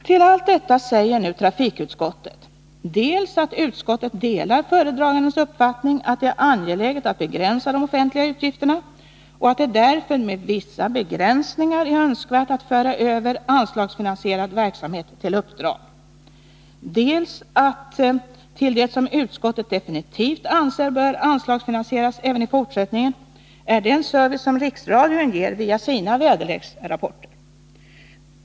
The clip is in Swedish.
Till allt detta säger trafikutskottet nu dels att utskottet delar föredragandens uppfattning att det är angeläget att begränsa de offentliga utgifterna och att det därför med vissa begränsningar är önskvärt att föra över anslagsfinansierad verksamhet till uppdrag, dels att till det som utskottet definitivt anser bör anslagsfinansieras även i fortsättningen hör den service som riksradion ger via sina väderleksrapporter.